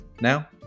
Now